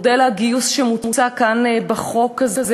מודל הגיוס שמוצע כאן בחוק הזה,